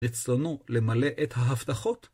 רצונו למלא את ההבטחות?